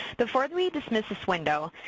before we dismiss this window,